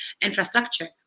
infrastructure